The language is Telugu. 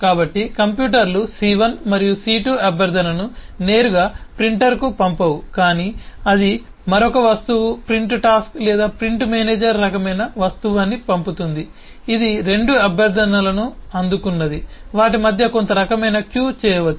కాబట్టి కంప్యూటర్లు C 1 మరియు C2 అభ్యర్ధనను నేరుగా ప్రింటర్కు పంపవు కాని అది మరొక వస్తువును ప్రింట్ టాస్క్ లేదా ప్రింట్ మేనేజర్ రకమైన వస్తువు అని పంపుతుంది ఇది రెండు అభ్యర్థనలను అందుకున్నది వాటి మధ్య కొంత రకమైన క్యూ చేయవచ్చు